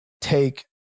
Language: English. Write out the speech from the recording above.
take